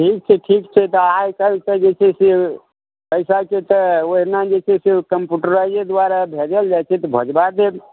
ठीक छै ठीक छै तऽ आर सब जे छै से पैसा के जे छै ओहिना कम्पुटराइ जे द्वारा भेजल जाइ छै तऽ भेजबाय देब